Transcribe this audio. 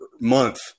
month